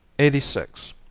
eighty six.